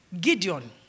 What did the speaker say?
Gideon